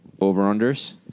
over-unders